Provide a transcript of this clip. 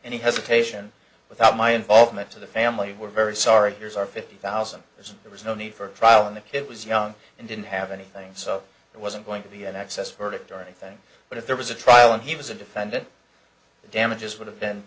any hesitation without my involvement to the family we're very sorry there's our fifty thousand as there was no need for trial and it was young and didn't have anything so it wasn't going to be an excess verdict or anything but if there was a trial and he was a defendant the damages would have been